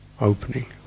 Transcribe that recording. opening